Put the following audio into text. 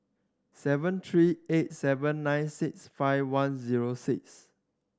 seven three eight seven nine six five one zero six